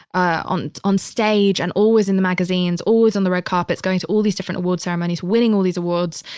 ah on, on stage and always in the magazines, always on the red carpet, going to all these different awards ceremonies, winning all these awards.